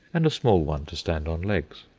and a small one to stand on legs.